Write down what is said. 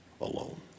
alone